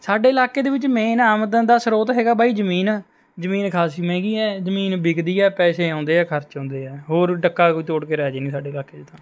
ਸਾਡੇ ਇਲਾਕੇ ਦੇ ਵਿੱਚ ਮੇਨ ਆਮਦਨ ਦਾ ਸਰੋਤ ਹੈਗਾ ਬਾਈ ਜ਼ਮੀਨ ਜ਼ਮੀਨ ਖਾਸੀ ਮਹਿੰਗੀ ਹੈ ਜ਼ਮੀਨ ਵਿਕਦੀ ਹੈ ਪੈਸੇ ਆਉਂਦੇ ਆ ਖਰਚ ਹੁੰਦੇ ਆ ਹੋਰ ਡੱਕਾ ਕੋਈ ਤੋੜ ਕੇ ਰਾਜੀ ਨਹੀਂ ਸਾਡੇ ਇਲਾਕੇ 'ਚ ਤਾਂ